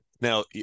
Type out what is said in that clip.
Now